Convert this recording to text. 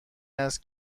است